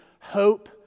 hope